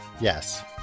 Yes